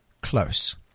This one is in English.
close